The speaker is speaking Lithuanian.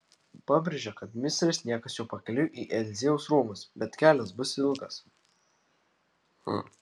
pabrėžia kad misteris niekas jau pakeliui į eliziejaus rūmus bet kelias bus ilgas